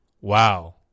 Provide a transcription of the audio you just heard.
Wow